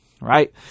right